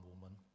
woman